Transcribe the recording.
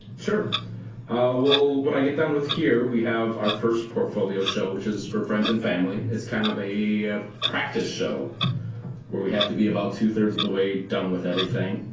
sure. when i get done with here we have our first portfolio show which is for friends and family. it's kind of a practice show where we have to be about two three of the way done with everything.